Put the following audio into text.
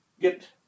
get